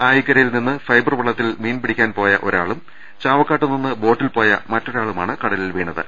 ആയിക്കരയിൽ നിന്ന് ഫൈബർ വള്ള ത്തിൽ മീൻപിടുത്തത്തിന് പോയ ഒരാളും ചാവക്കാട്ടുനിന്ന് ബോട്ടിൽ പോയ മറ്റൊരാളുമാണ് കടലിൽ വീണത്